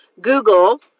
Google